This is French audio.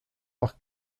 par